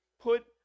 put